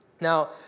Now